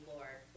Lord